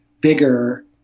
bigger